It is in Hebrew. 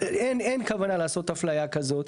אם אין כוונה לעשות אפליה כזאת,